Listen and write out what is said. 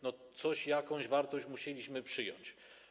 No coś, jakąś wartość, musieliśmy przyjąć.